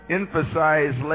emphasize